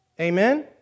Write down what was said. Amen